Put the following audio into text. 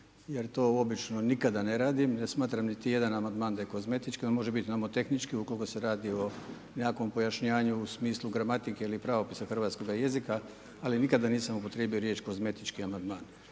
jer to obično nikada ne radim, ne smatram niti jedan amandman da je kozmetički, on može biti nomotehnički ukolko se radi o nekakvom pojašnjavanju u smislu gramatike ili pravopisa hrvatskoga jezika, ali nikada nisam upotrijebio riječ kozmetički amandman.